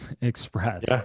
express